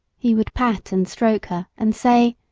he would pat and stroke her and say,